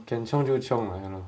can chiong 就 chiong lah ya lor